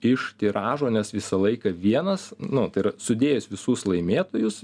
iš tiražo nes visą laiką vienas nu tai yra sudėjus visus laimėtojus